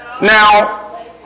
Now